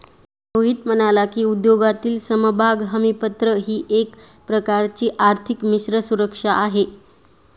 रोहित म्हणाला की, उद्योगातील समभाग हमीपत्र ही एक प्रकारची आर्थिक मिश्र सुरक्षा आहे